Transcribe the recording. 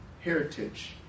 heritage